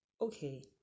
okay